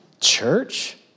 church